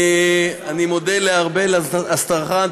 אני מודה לארבל אסטרחן.